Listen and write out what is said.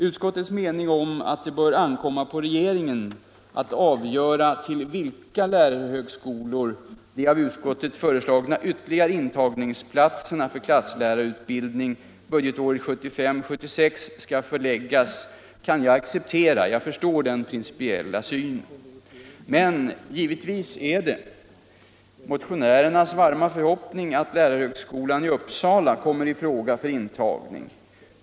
Utskottets mening om att det bör ankomma på regeringen att avgöra till vilka lärarhögskolor de av utskottet föreslagna ytterligare intagningsplatserna för klasslärarutbildning budgetåret 1975/76 skall förläggas kan jag acceptera. Jag förstår den principiella synen, men givetvis är det motionärernas varma förhoppning att lärarhögskolan i Uppsala kommer i fråga för intagning.